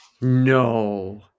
no